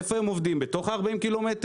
האם הם עובדים בתוך 40 ק"מ,